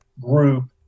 group